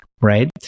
right